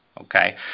okay